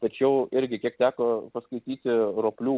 tačiau irgi kiek teko paskaityti roplių